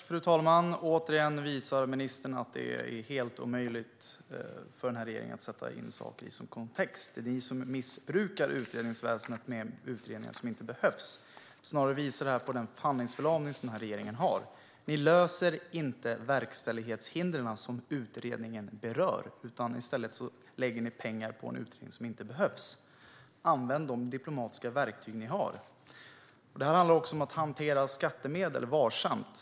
Fru talman! Återigen visar ministern att det är helt omöjligt för regeringen att sätta in saker i en kontext. Det är ni som missbrukar utredningsväsendet med utredningar som inte behövs. Det visar snarare på den handlingsförlamning som regeringen har. Ni löser inte de verkställighetshinder som utredningen berör. I stället lägger ni pengar på en utredning som inte behövs. Använd de diplomatiska verktyg som ni har! Det här handlar även om att hantera skattemedel varsamt.